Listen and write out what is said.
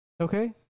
Okay